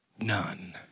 None